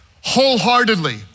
wholeheartedly